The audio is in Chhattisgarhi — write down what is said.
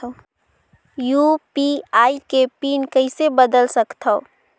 यू.पी.आई के पिन कइसे बदल सकथव?